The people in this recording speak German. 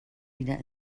wieder